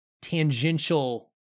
tangential